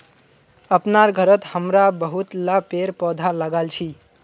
अपनार घरत हमरा बहुतला पेड़ पौधा लगाल छि